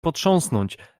potrząsać